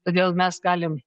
todėl mes galim